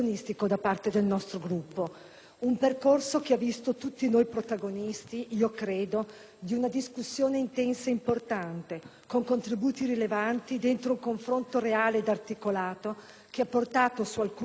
un percorso che ha visto tutti noi protagonisti di una discussione intensa e importante, con contributi rilevanti dentro un confronto reale ed articolato che ha portato su alcuni punti a modifiche apprezzabili.